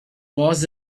was